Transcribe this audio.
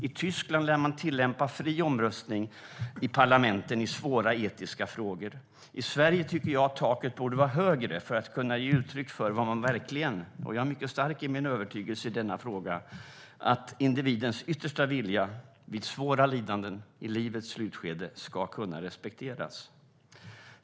I Tyskland lär man tillämpa fri omröstning i parlamenten i svåra etiska frågor. I Sverige tycker jag att taket borde vara högre för att kunna ge uttryck för vad man verkligen tycker. Och jag är mycket stark i min övertygelse i denna fråga att individens yttersta vilja vid svåra lidanden i livets slutskede ska kunna respekteras.